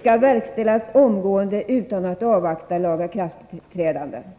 skall verkställas omgående utan att man avvaktar att beslutet vinner laga kraft.